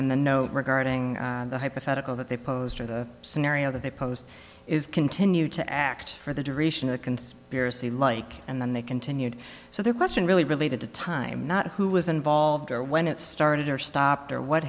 then the note regarding the hypothetical that they posed for the scenario that they posed is continue to act for the duration of a conspiracy like and then they continued so the question really related to time not who was involved or when it started or stopped or what